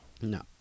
No